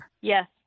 Yes